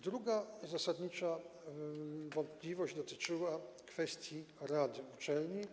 Druga zasadnicza wątpliwość dotyczyła kwestii rady uczelni.